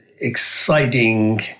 exciting